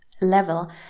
level